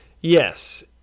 Yes